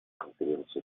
конференции